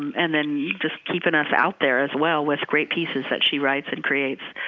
and then just keeping us out there as well with great pieces that she writes and creates.